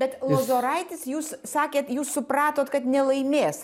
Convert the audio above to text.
bet lozoraitis jūs sakėt jūs supratot kad nelaimės